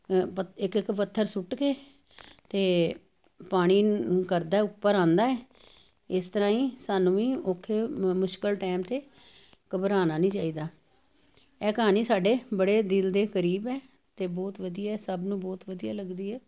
ਇੱਕ ਇੱਕ ਪੱਥਰ ਸੁੱਟ ਕੇ ਤੇ ਪਾਣੀ ਕਰਦਾ ਉੱਪਰ ਆਂਦਾ ਐ ਇਸ ਤਰ੍ਹਾਂ ਈ ਸਾਨੂੰ ਵੀ ਔਖੇ ਮੁਸ਼ਕਿਲ ਟੈਮ ਤੇ ਘਬਰਾਣਾ ਨੀ ਚਾਈਦਾ ਐਹ ਕਹਾਣੀ ਸਾਡੇ ਬੜੇ ਦਿਲ ਦੇ ਕਰੀਬ ਐ ਤੇ ਬਹੁਤ ਵਧੀਆ ਐ ਸਭ ਨੂੰ ਬਹੁਤ ਵਧੀਆ ਲੱਗਦੀ ਐ